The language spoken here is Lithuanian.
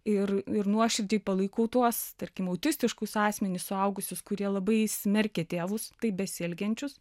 ir ir nuoširdžiai palaikau tuos tarkim autistiškus asmenis suaugusius kurie labai smerkia tėvus taip besielgiančius